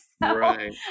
Right